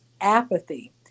apathy